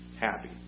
happy